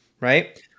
right